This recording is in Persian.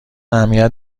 اهمیت